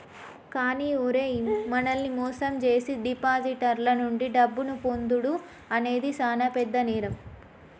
కానీ ఓరై మనల్ని మోసం జేసీ డిపాజిటర్ల నుండి డబ్బును పొందుడు అనేది సాన పెద్ద నేరం